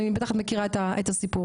את בטח מכירה את הסיפור,